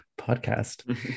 podcast